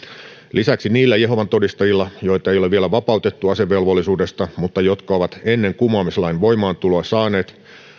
lisäksi niillä jehovan todistajilla joita ei ole vielä vapautettu asevelvollisuudesta mutta jotka ovat ennen kumoamislain voimaantuloa saaneet